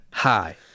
Hi